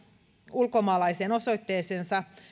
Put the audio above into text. ulkomaalaiseen osoitteeseensa